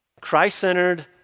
Christ-centered